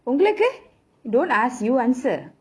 உங்களுக்கு:ungaluku don't ask you answer